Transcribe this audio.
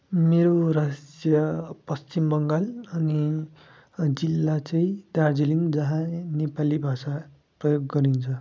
मेरो राज्य पश्चिम बङ्गाल अनि जिल्ला चाहि दार्जिलिङ जहाँ नेपाली भाषा प्रयोग गरिन्छ